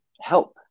help